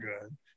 good